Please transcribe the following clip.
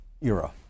era